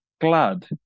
glad